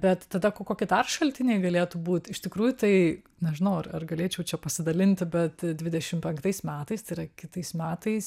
bet tada ko kokį dar šaltiniai galėtų būt iš tikrųjų tai nežinau ar ar galėčiau čia pasidalinti bet dvidešim penktais metais tai yra kitais metais